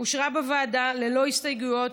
אושרה בוועדה ללא הסתייגויות,